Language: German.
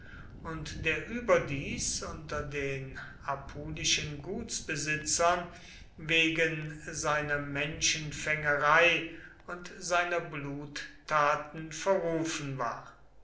und der überdies unter den apulischen gutsbesitzern wegen seiner menschenfängerei und seiner bluttaten verrufen war